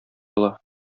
ала